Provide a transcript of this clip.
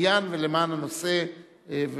נפגעים ולא פעל למען עצמו אלא פעל למען העניין ולמען הנושא,